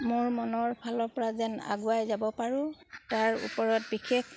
মোৰ মনৰ ফালৰ পৰা যেন আগুৱাই যাব পাৰোঁ তাৰ ওপৰত বিশেষ